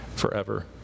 Forever